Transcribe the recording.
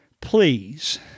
Please